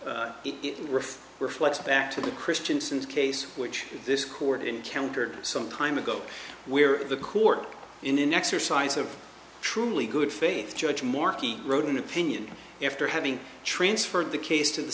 refers reflects back to the christiansen's case which this court encountered some time ago where the court in an exercise of truly good faith judge morkie wrote an opinion after having transferred the case to the